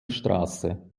straße